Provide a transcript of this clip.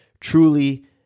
truly